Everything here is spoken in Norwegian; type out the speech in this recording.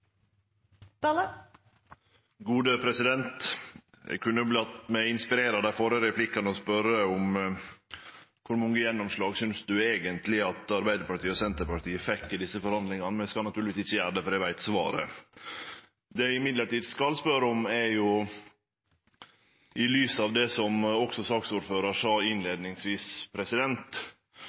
kunne ha late meg inspirere av dei førre replikkane og spurt statsråden om kor mange gjennomslag han eigentleg synest at Arbeidarpartiet og Senterpartiet fekk i desse forhandlingane, men eg skal naturlegvis ikkje gjere det, for eg veit svaret. Det eg derimot skal spørje om, er – i lys av det som også saksordføraren sa